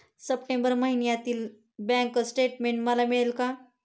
September महिन्यातील bank statement मला मिळेल का?